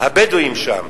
הבדואים שם.